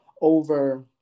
over